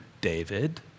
David